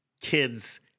kids